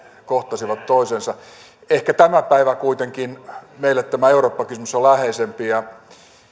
kohtasivat toisensa ehkä tänä päivänä kuitenkin meille tämä eurooppa kysymys on läheisempi ja